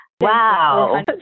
Wow